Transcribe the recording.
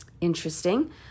Interesting